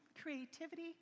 creativity